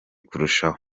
kurushaho